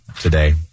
today